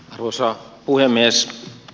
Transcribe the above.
arvoisa puhemies